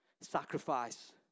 sacrifice